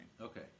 Okay